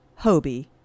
Hobie